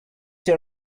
your